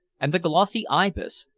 and the glossy ibis,